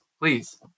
please